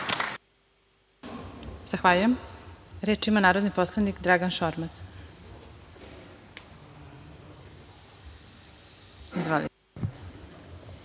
Zahvaljujem. Reč ima narodni poslanik Dragan Šormaz.